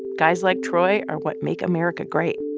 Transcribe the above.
guys like troy are what make america great.